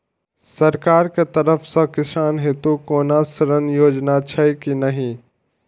सरकार के तरफ से किसान हेतू कोना ऋण योजना छै कि नहिं?